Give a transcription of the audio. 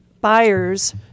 buyers